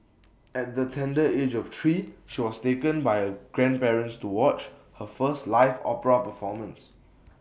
at the tender age of three she was taken by her grandparents to watch her first live opera performance